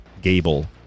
Gable